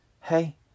hey